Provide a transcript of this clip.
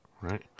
right